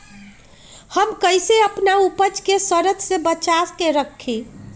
हम कईसे अपना उपज के सरद से बचा के रखी?